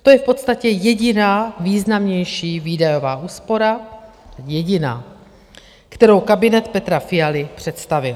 To je v podstatě jediná významnější výdajová úspora, jediná, kterou kabinet Petra Fialy představil.